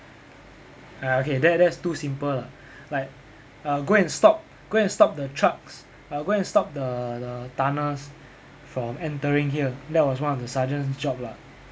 !aiya! okay that that's too simple lah like uh go and stop go and stop the trucks uh go and stop the the tanax from entering here that was one of the sergeant's job lah